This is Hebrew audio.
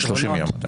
ל-30 יום.